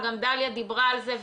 גם דליה דיברה על זה,